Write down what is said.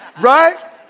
Right